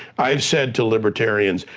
i have said to libertarians,